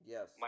Yes